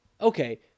Okay